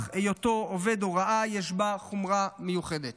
היותו עובד הוראה יש בה חומרה מיוחדת,